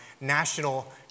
National